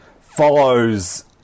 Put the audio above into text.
follows